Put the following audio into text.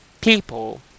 people